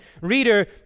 Reader